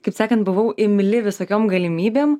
kaip sakant buvau imli visokiom galimybėm